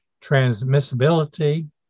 transmissibility